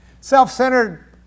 Self-centered